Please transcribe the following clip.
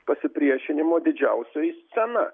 pasipriešinimo didžiausioji scena